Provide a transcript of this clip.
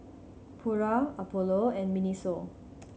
Pura Apollo and MINISO